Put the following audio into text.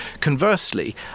Conversely